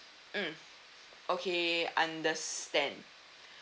mm okay understand